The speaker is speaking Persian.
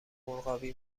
مرغابی